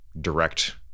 direct